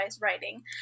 writing